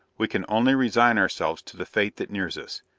we can only resign ourselves to the fate that nears us,